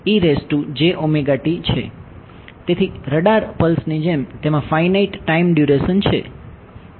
તેથી રડાર પલ્સની જેમ તેમાં ફાઈનાઈટ ડ્યુરેશન છે